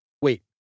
Wait